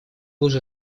уже